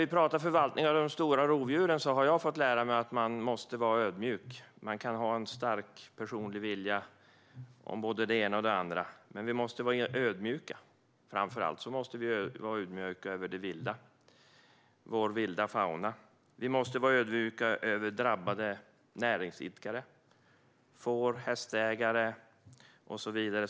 Vad gäller förvaltning av det stora rovdjuren har jag fått lära mig att man måste vara ödmjuk. Man kan ha en stark personlig vilja om både det ena och det andra, men vi måste vara ödmjuka. Framför allt måste vi vara ödmjuka inför vår vilda fauna. Vi måste också vara ödmjuka inför drabbade näringsidkare, fårägare, hästägare och så vidare.